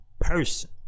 person